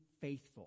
faithful